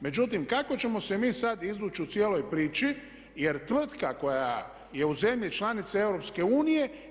Međutim, kako ćemo se mi sad izvući u cijeloj priči, jer tvrtka koja je u zemlji članici EU